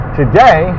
today